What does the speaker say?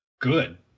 Good